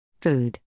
Food